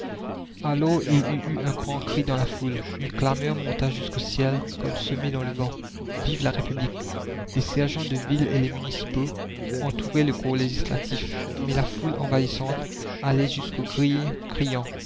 il y eut un grand cri dans la foule une clameur monta jusqu'au ciel comme semée dans le vent vive la république les sergents de ville et les municipaux entouraient le corps législatif mais la foule envahissante allait jusqu'aux grilles criant